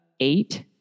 Eight